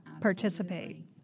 participate